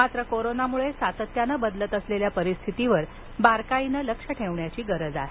मात्र कोरोनामुळे सातत्यानं बदलत असलेल्या परिस्थितीवर बारकाईनं लक्ष ठेवण्याची गरज आहे